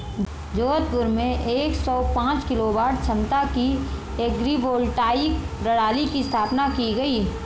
जोधपुर में एक सौ पांच किलोवाट क्षमता की एग्री वोल्टाइक प्रणाली की स्थापना की गयी